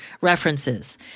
references